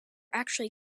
actually